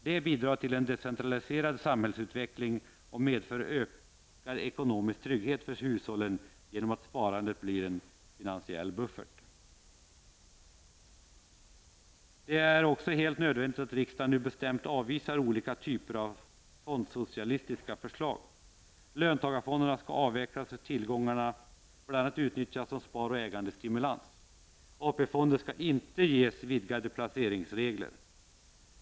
Det bidrar till en decentraliserad samhällsutveckling och medför ökad ekonomisk trygghet för hushållen, genom att sparandet blir en finansiell buffert. Det är också helt nödvändigt att riksdagen nu bestämt avvisar olika typer av fondsocialistiska förslag. Löntagarfonderna skall avvecklas och tillgångarna bl.a. utnyttjas som spar och ägandestimulans. AP-fonderna skall inte ges vidgade placeringsregler.